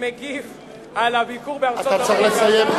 מגיב על הביקור בארצות-הברית, אתה צריך לסיים.